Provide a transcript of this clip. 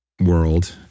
world